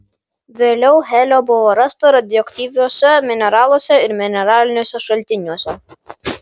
vėliau helio buvo rasta radioaktyviuose mineraluose ir mineraliniuose šaltiniuose